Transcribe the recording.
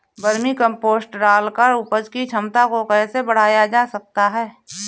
Vermi compost डालकर उपज की क्षमता को कैसे बढ़ाया जा सकता है?